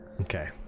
Okay